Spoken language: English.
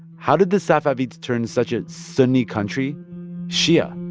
how did the safavids turn such a sunni country shia?